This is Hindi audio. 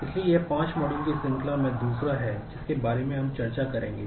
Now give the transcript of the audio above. इसलिए यह पांच मॉड्यूल की श्रृंखला में दूसरा है जिसके बारे में हम चर्चा करेंगे